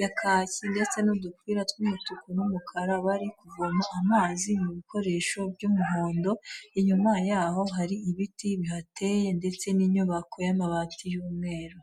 ya kacyi ndetse n'udupira tw'umutuku n'umukara, bari kuvoma amazi mu bikoresho by'umuhondo, inyuma yaho hari ibiti bihateye ndetse n'inyubako y'amabati y'umweru.